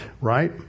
right